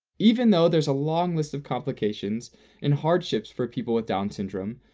even though there's a long list of complications and hardships for people with down syndrome,